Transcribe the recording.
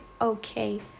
okay